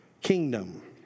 kingdom